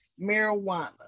marijuana